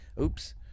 Oops